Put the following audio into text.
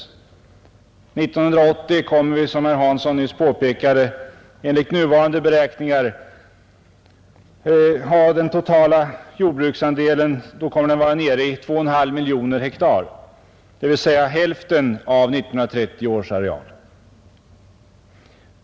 År 1980 kommer, som herr Hansson i Skegrie nyss påpekade, enligt nuvarande beräkningar den totala jordbruksandelen att vara nere i 2,5 miljoner hektar, dvs. hälften av 1930 års areal.